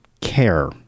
care